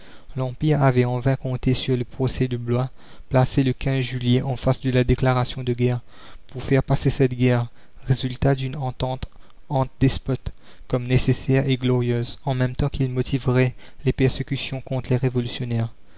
l'empire avait en vain compté sur le procès de blois placé le juillet en face de la déclaration de guerre pour faire passer cette guerre résultat d'une entente entre despotes comme nécessaire et glorieuse en même temps qu'il motiverait les persécutions contre les révolutionnaires